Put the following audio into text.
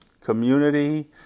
community